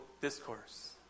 discourse